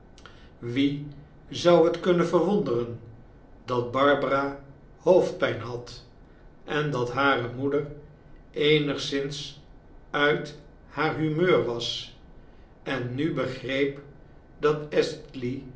wien zou het kunnen verwonderen dat barbara hooldpijn had en dat hare moeder eenigszins uit haar humeur was en nu begreepj dat